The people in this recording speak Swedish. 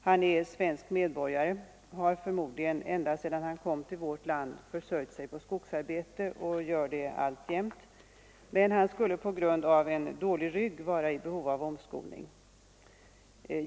Han är numera svensk medborgare och har förmodligen ända sedan han kom till vårt land försörjt sig på skogsarbete och gör det alltjämt, men han skulle på grund av en dålig rygg vara i behov av omskolning.